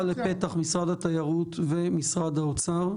על ידי לפתח משרד התיירות ומשרד האוצר,